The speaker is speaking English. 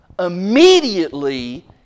immediately